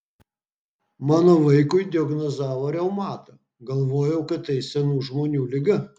mano vaikui diagnozavo reumatą galvojau kad tai senų žmonių liga